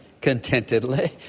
contentedly